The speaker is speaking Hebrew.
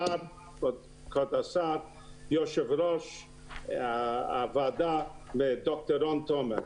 לחברי הכנסת, כבודו אסף, ד"ר רון תומר,